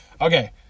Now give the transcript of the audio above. okay